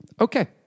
Okay